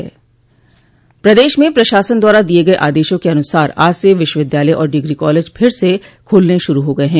प्रदेश में प्रशासन द्वारा दिये गये आदेशों के अनुसार आज से विश्वविद्यालय और डिग्री कॉलेज फिर से खुलने श्रू हो गये हैं